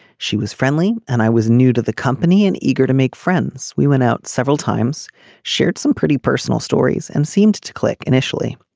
she was friendly and i was new to the company and eager to make friends. we went out several times shared some pretty personal stories and seemed to click initially.